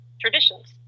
traditions